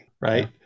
right